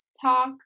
talk